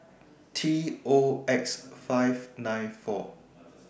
T O X five nine four